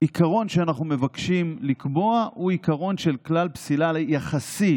העיקרון שאנחנו מבקשים לקבוע הוא עיקרון של כלל פסילה יחסי,